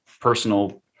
personal